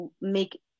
make